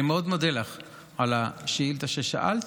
אני מאוד מודה לך על השאילתה ששאלת.